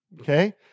Okay